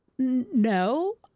No